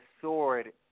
sword